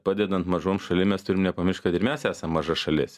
padedan mažoms šalim ir nepamiršt kad ir mes esam maža šalis